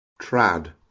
trad